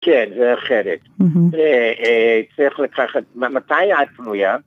‫כן, זה אחרת. צריך לקחת זמן. מתי את פנויה?